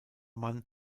mann